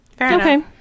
Okay